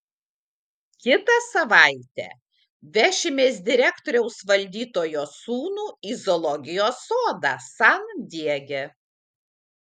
kitą savaitę vešimės direktoriaus valdytojo sūnų į zoologijos sodą san diege